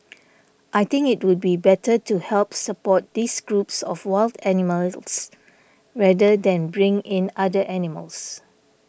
I think it would be better to help support these groups of wild animals rather than bring in other animals